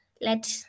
let